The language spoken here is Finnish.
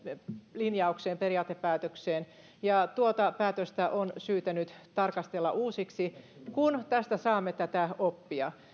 linjaukseen periaatepäätökseen vuodelta kahdeksantoista tuota päätöstä on syytä nyt tarkastella uusiksi kun tästä saamme tätä oppia